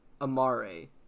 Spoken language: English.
Amare